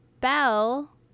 bell